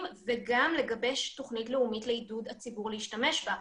וגם לגבש תוכנית לאומית לעידוד הציבור להשתמש בה.